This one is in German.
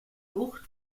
bucht